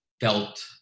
felt